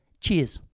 Cheers